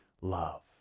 love